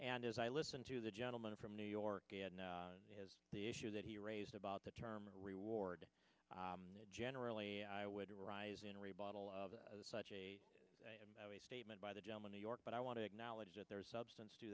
and as i listen to the gentleman from new york and that is the issue that he raised about the term reward generally i would arise in or a bottle of such a statement by the gentleman new york but i want to acknowledge that there is substance